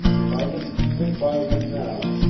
if i didn't stick by him now,